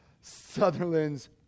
Sutherland's